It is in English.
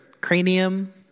cranium